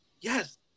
yes